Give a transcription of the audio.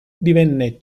divenne